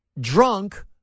drunk